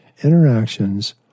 interactions